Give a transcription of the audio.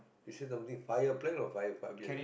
you say something five year plan or five year